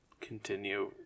continue